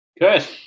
Good